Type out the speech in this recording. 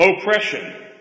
oppression